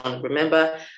remember